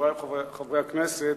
חברי חברי הכנסת,